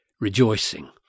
rejoicing